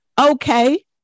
Okay